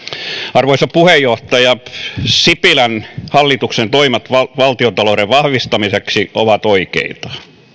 arvoisa puheenjohtaja sipilän hallituksen toimet valtiontalouden vahvistamiseksi ovat oikeita